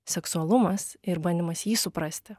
seksualumas ir bandymas jį suprasti